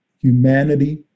humanity